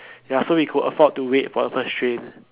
ya so we could afford to wait or the first train